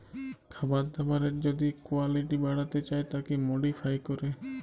খাবার দাবারের যদি কুয়ালিটি বাড়াতে চায় তাকে মডিফাই ক্যরে